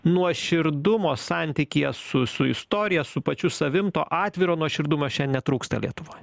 nuoširdumo santykyje su su istorija su pačiu savim to atviro nuoširdumo šiandien netrūksta lietuvoj